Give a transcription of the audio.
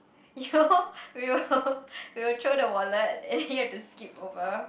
yo we'll throw the wallet and then you have to skip over